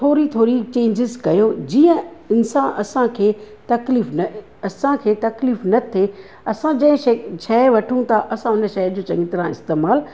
थोरी थोरी चेंजिस कयो जीअं कंहिं सां असांखे तकलीफ़ न असांखे तकलीफ़ न थिए असां जहिं शइ वठूं था असां हुन शइ जो चङी तरह इस्तेमालु